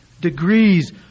degrees